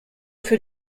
für